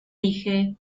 dije